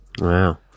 Wow